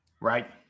right